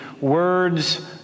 words